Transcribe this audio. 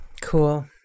Cool